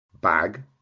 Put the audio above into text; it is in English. bag